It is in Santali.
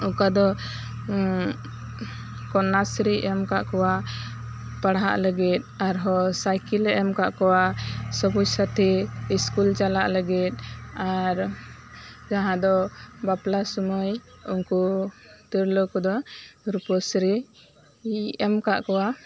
ᱚᱠᱟ ᱫᱚ ᱠᱚᱱᱱᱟᱥᱥᱨᱤ ᱮᱢ ᱠᱟᱜ ᱠᱚᱣᱟ ᱯᱟᱲᱦᱟᱜ ᱞᱟᱜᱤᱜ ᱟᱨ ᱦᱚᱸ ᱥᱟᱭᱠᱮᱞᱮ ᱮᱢ ᱠᱟᱜ ᱠᱚᱣᱟ ᱥᱚᱵᱩᱡᱽ ᱥᱟᱛᱷᱤ ᱤᱥᱠᱩᱞ ᱪᱟᱞᱟᱜ ᱞᱟᱜᱤᱜ ᱟᱨ ᱡᱟᱦᱟᱸ ᱫᱚ ᱵᱟᱯᱞᱟ ᱥᱩᱢᱟᱹᱭ ᱩᱝᱠᱩ ᱛᱤᱨᱞᱟᱹ ᱠᱚᱫᱚ ᱨᱩᱯᱚᱥᱥᱨᱤ ᱤ ᱮᱢ ᱠᱟᱜ ᱠᱚᱣᱟ